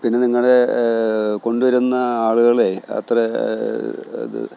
പിന്നെ നിങ്ങളുടെ കൊണ്ടുവരുന്ന ആളുകളേ അത്ര അത്